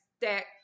Stack